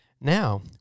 now